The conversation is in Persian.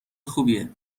خوبیه